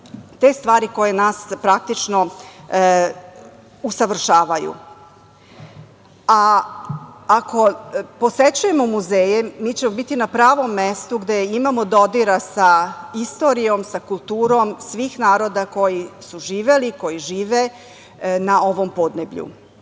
te stvari koje nas praktično usavršavaju. Ako posećujemo muzeje, mi ćemo biti na pravom mestu gde imamo dodira sa istorijom, sa kulturom svih naroda koji su živeli, koji žive na ovom podneblju. Što